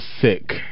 sick